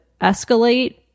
escalate